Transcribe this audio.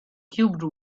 cube